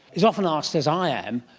is often asked, as i am,